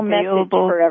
available